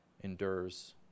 endures